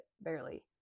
barely